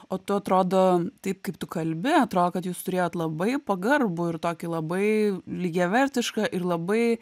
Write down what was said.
o tu atrodo taip kaip tu kalbi atrodo kad jūs turėjot labai pagarbų ir tokį labai lygiavertišką ir labai